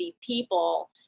people